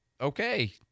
Okay